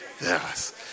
Yes